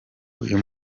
uyu